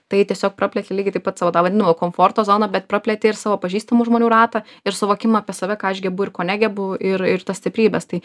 tai tiesiog praplėti lygiai taip pat savo tą vadinamą komforto zoną bet prapleti ir savo pažįstamų žmonių ratą ir suvokimą apie save ką aš gebu ir ko negebu ir ir tas stiprybes tai